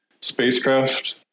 spacecraft